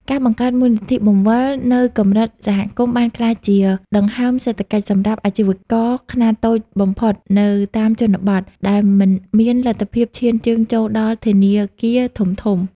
ការបង្កើតមូលនិធិបង្វិលនៅកម្រិតសហគមន៍បានក្លាយជាដង្ហើមសេដ្ឋកិច្ចសម្រាប់អាជីវករខ្នាតតូចបំផុតនៅតាមជនបទ ដែលមិនមានលទ្ធភាពឈានជើងចូលដល់ធនាគារធំៗ។